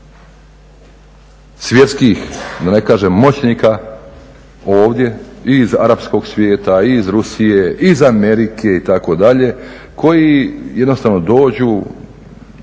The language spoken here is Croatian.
svjetskih da ne kažem moćnika ovdje i iz arapskog svijeta, i iz Rusije, iz Amerike itd. koji jednostavno dođu,